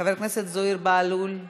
חבר הכנסת זוהיר בהלול,